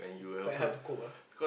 is quite hard to cope ah